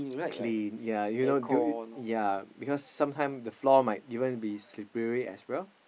clean yea you know do you yea because sometime the floor might even be slippery as well